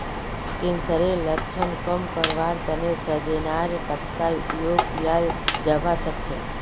कैंसरेर लक्षणक कम करवार तने सजेनार पत्तार उपयोग कियाल जवा सक्छे